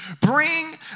Bring